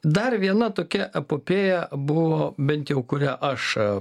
dar viena tokia epopėja buvo bent jau kurią aš